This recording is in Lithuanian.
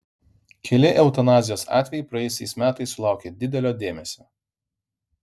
keli eutanazijos atvejai praėjusiais metais sulaukė didelio dėmesio